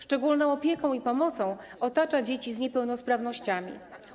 Szczególną opieką i pomocą otacza dzieci z niepełnosprawnościami.